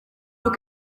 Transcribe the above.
uko